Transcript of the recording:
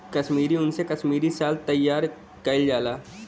कसमीरी उन से कसमीरी साल तइयार कइल जाला